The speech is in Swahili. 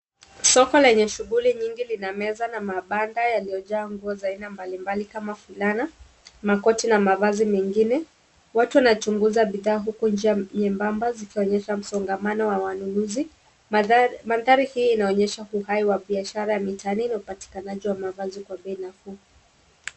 Soko lenye shughuli nyingi lina meza na mabanda yaliyo jaa nguo za aina mbalimbali kama fulana, makoti na mavazi mengine ,watu wana chunguza bidhaa huku nje nyembamba zikionyesha msongamano wa wanunuzi . Mantharii hii inaonyesha uhai wa biashara ni tani upatikanaji wa mavazi kwa bei nafuu.